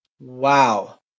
Wow